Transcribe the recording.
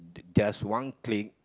in just one click